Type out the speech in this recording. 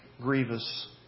grievous